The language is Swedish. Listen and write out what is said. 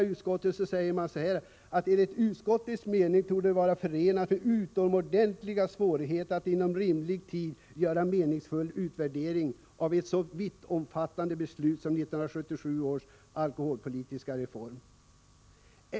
Utskottet anför: ”Enligt utskottets mening torde det vara förenat med utomordentliga svårigheter att inom rimlig tid göra en meningsfull utvärdering av ett så vittomfattande beslut som 1977 års alkoholpolitiska reform.